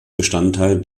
bestandteil